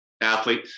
athlete